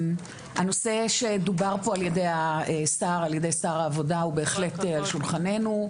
הנושא שדובר פה על ידי שר העבודה הוא בהחלט על שולחננו,